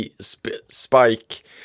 spike